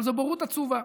אבל זאת בורות עצובה.